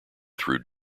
through